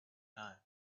time